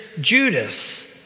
Judas